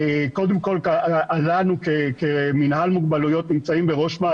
קודם כל אצלנו כמינהל מוגבלויות.